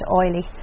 oily